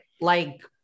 like-